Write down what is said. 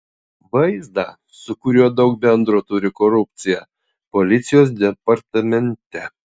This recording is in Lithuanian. vaizdą su kuriuo daug bendro turi korupcija policijos departamente